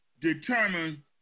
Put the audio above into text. determine